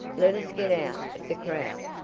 let us get out of the crowd.